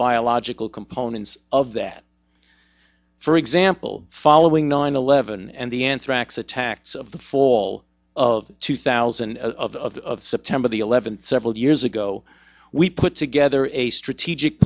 biological components of that for example following nine eleven and the anthrax attacks of the fall of two thousand of september the eleventh several years ago we put together a strategic